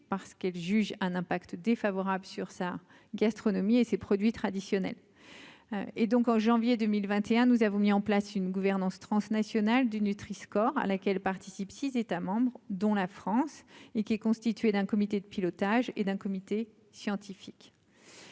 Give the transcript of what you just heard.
parce qu'elle juge un impact défavorable sur sa gastronomie et ses produits traditionnels et donc en janvier 2021, nous avons mis en place une gouvernance transnationale du Nutri, à laquelle participent 6 États membres dont la France et qui est constitué d'un comité de pilotage et d'un comité scientifique.